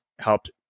helped